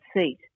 seat